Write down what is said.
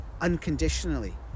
unconditionally